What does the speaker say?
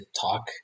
talk